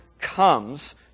comes